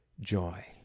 joy